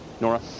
Nora